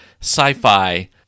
sci-fi